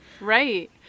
Right